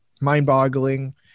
mind-boggling